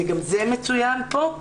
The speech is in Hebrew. וגם זה מצוין פה,